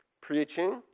preaching